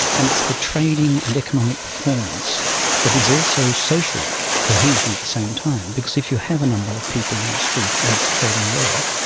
and it's the trading and economic performance that is also social cohesion of the same time, because if you have a number of people in a street and it's trading well,